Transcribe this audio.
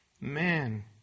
Man